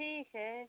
ठीक है